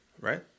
Right